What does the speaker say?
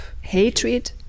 hatred